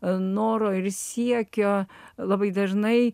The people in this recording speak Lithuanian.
noro ir siekio labai dažnai